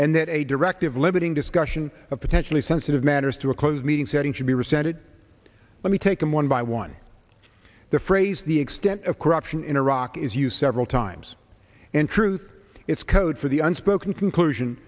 and that a directive limiting discussion of potentially sensitive matters to a closed meeting setting should be rescinded let me take them one by one the phrase the extent of corruption in iraq is use several times in truth it's code for the unspoken conclusion